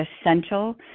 essential